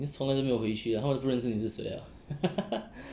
你从来都没有回去 ah 他们不认识你是谁 ah